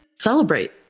celebrate